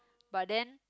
but then